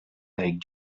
avec